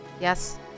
Yes